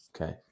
okay